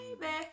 baby